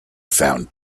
found